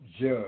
judge